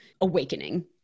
awakening